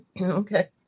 okay